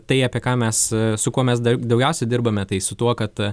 tai apie ką mes sukomės dar daugiausiai dirbame tai su tuo kad